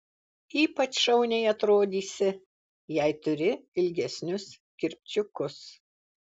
ypač šauniai atrodysi jei turi ilgesnius kirpčiukus